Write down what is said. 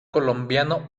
colombiano